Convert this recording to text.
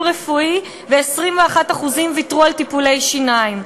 רפואי ו-21% ויתרו על טיפולי שיניים.